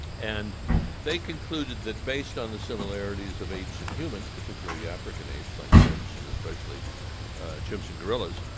and they concluded that, based on the similarities of apes and humans, particularly african apes like chimps and especially chimps and gorillas,